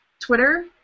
Twitter